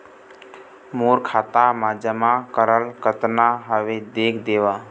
मोर खाता मा जमा कराल कतना हवे देख देव?